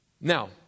Now